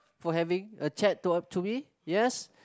for having a chat to up to me yes